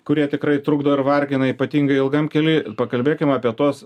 kurie tikrai trukdo ir vargina ypatingai ilgam kely pakalbėkim apie tuos